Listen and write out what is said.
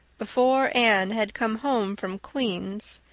before anne had come home from queen's,